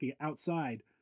outside